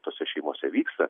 tose šeimose vyksta